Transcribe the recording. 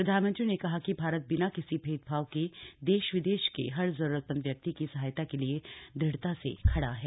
प्रधानमंत्री ने कहा कि भारत बिना किसी भेदभाव के देश विदेश के हर जरूरतमंद व्यक्ति की सहायता के लिए दृढ़ता से खड़ा है